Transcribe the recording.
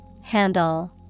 Handle